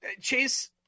Chase